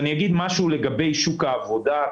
אגיד משהו לגבי שוק העבודה.